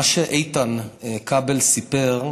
מה שאיתן כבל סיפר,